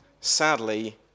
Sadly